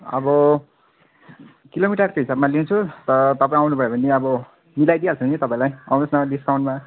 अब किलोमिटरको हिसाबमा लिन्छु त तपाईँ आउनुभयो भने अब मिलाई दिईहल्छु नी तपाईँलाई आउनुहोस् न डिस्काउन्टमा